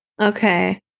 Okay